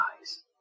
eyes